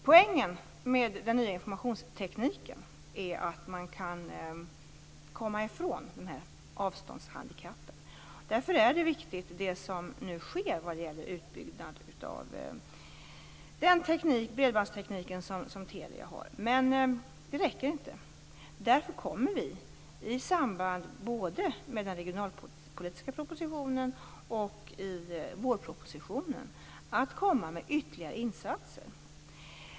Poängen med den nya informationstekniken är att man kan komma ifrån de här avståndshandikappen. Därför är Telias nu pågående utbyggnad av bredbandstekniken viktig. Men det räcker inte, och vi kommer därför både i den regionalpolitiska propositionen och i vårpropositionen att komma med ytterligare insatser.